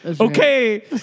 Okay